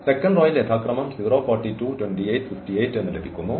second റോയിൽ യഥാക്രമം 0 42 28 58 ലഭിക്കുന്നു